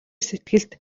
сэтгэлд